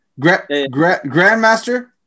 Grandmaster